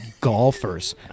golfers